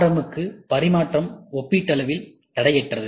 M க்கு பரிமாற்றம் ஒப்பீட்டளவில் தடையற்றது